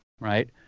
Right